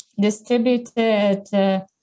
distributed